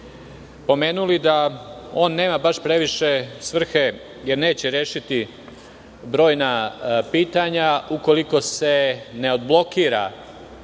pomenuli da on nema baš previše svrhe jer neće rešiti brojna pitanja ukoliko se ne odblokira